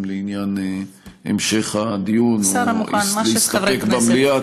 לעניין המשך הדיון או להסתפק במליאה,